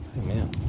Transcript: Amen